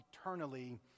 eternally